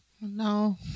No